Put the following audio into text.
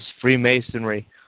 Freemasonry